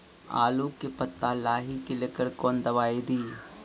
आलू के पत्ता लाही के लेकर कौन दवाई दी?